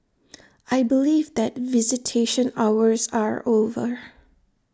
I believe that visitation hours are over